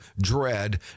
dread